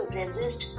resist